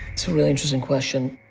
it's a really interesting question.